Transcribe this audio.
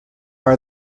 are